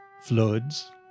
Floods